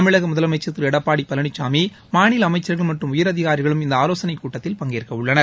தமிழக முதலமைச்சர் திரு எடப்பாடி பழனிசாமி மாநில அமைச்சர்கள் மற்றும் உயரதினரிகளும் இந்த ஆலோசனை கூட்டத்தில் பங்கேற்க உள்ளனர்